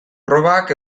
probak